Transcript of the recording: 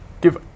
give